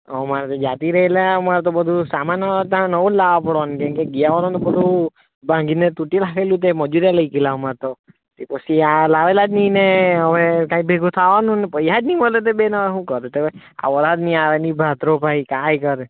હવ મારાથી જાતિ રહેલાં એટલે મારો તો બધો સામાન નવો લાવવો પડવાનો કમકે ગયા વરસનું બધુ ભાંગીને તૂટી નાખેલું તે મદિરે લઈ ગયેલાં અમારે તો પછી આ લાવેલાં જ નહીં ને હવે હવે કંઈ ભેગું થવાનું જ નહીં પૈસા જ નહીં મળે તે બેન હવે શું કરું આ વરસાદ નહીં આવેની